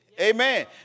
Amen